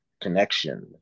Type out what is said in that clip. connection